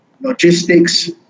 logistics